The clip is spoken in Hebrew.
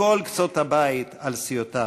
מכל קצות הבית, על סיעותיו: